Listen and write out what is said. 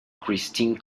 christine